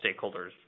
stakeholders